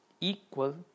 equal